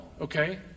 okay